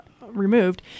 removed